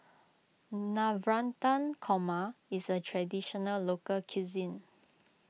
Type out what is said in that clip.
Navratan Korma is a Traditional Local Cuisine